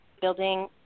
building